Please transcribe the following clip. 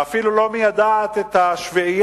ואפילו לא מיידעת את השביעייה,